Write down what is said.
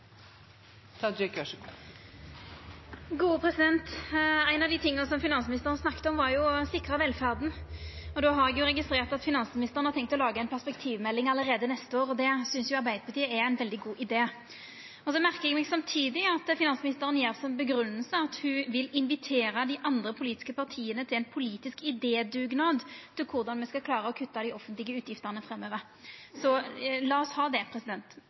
god idé. Så merkar eg meg samtidig at finansministeren har som grunngjeving at ho vil invitera dei andre politiske partia til ein politisk idédugnad om korleis me skal klara å kutta dei offentlege utgiftene framover. Så lat oss ha det.